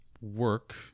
work